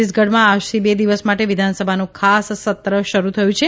છત્તીસગઢમાં આજથી બે દિવસ માટે વિધાનસભાનું ખાસ સત્ર શરૂ થયું છે